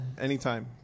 anytime